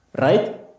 Right